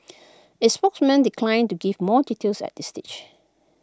its spokesman declined to give more details at this stage